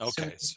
Okay